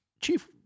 Chief